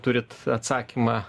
turit atsakymą